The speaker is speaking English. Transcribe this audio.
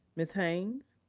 ms. haynes?